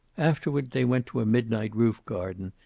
afterward they went to a midnight roof-garden,